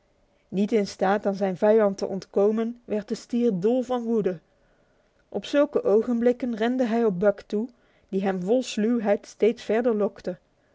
niet in staat aan zijn vijand te ontkomen werd de stier dol van woede op zulke ogenblikken rende hij op buck toe die hem vol sluwheid steeds verder lokte